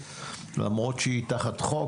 למרות שהיא תחת חוק,